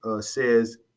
says